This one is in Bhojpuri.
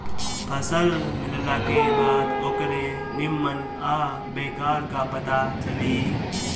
फसल मिलला के बाद ओकरे निम्मन आ बेकार क पता चली